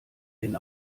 den